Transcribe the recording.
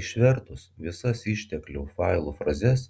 išvertus visas išteklių failų frazes